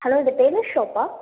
hello இது tailor ஷாப்பா